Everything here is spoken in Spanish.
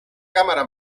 cámara